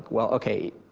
well okay,